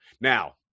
Now